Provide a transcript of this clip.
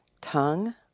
tongue